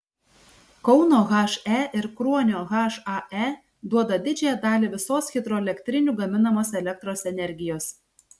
kauno he ir kruonio hae duoda didžiąją dalį visos hidroelektrinių gaminamos elektros energijos